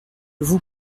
vous